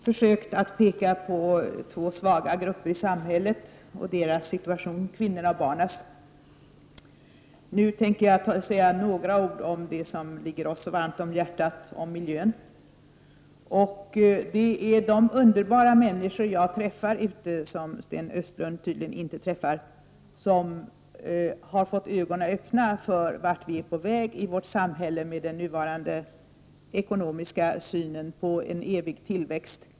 Herr talman! Jag har nyss försökt att peka på två svaga grupper i samhället och deras situation, kvinnornas och barnens. Nu tänker jag säga några ord om det som ligger oss så varmt om hjärtat, om miljön. De underbara människor jag träffar ute, som Sten Östlund tydligen inte träffar, har fått ögonen öppna för vart vi är på väg i vårt samhälle med den nuvarande ekonomiska synen på en evig tillväxt.